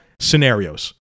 scenarios